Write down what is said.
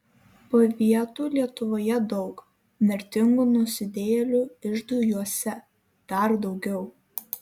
pavietų lietuvoje daug mirtingų nusidėjėlių iždui juose dar daugiau